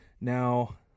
Now